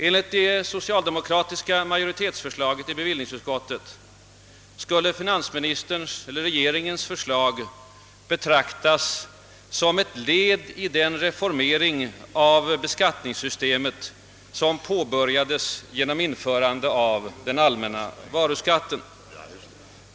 Enligt den socialdemokratiska majoritetens förslag i bevillningsutskottet skulle finansministerns förslag betraktas som ett led i den »reformering» av, beskattningssystemet som påbörjades genom införande av den allmänna varuskatten.